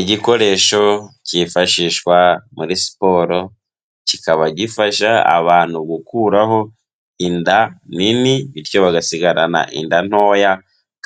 Igikoresho cyifashishwa muri siporo, kikaba gifasha abantu gukuraho inda nini bityo bagasigarana inda ntoya